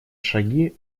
шаги